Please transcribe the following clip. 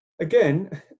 again